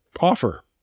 offer